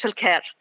care